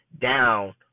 down